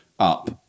up